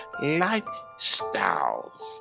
lifestyles